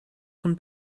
von